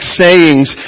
sayings